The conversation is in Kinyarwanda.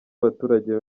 abaturage